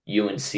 UNC